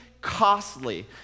costly